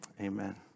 amen